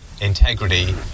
integrity